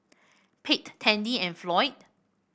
Pate Tandy and Floyd